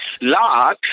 lock